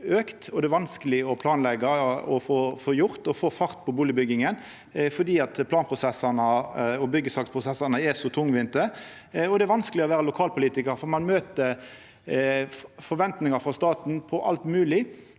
det er vanskeleg å planleggja og få fart på bustadbygginga fordi planprosessane og byggesaksprosessane er så tungvinte. Det er òg vanskeleg å vera lokalpolitikar, for ein møter forventningar frå staten på alt mogleg,